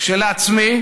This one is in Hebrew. כשלעצמי,